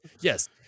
Yes